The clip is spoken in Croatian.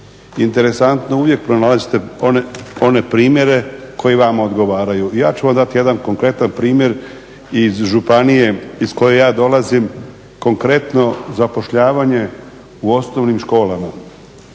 Interesantno uvijek pronalazite one primjere koji vama odgovaraju. Ja ću vam dati jedan konkretan primjer iz županije iz koje ja dolazim, konkretno zapošljavanje u osnovnim školama.